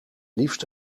liefst